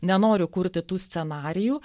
nenoriu kurti tų scenarijų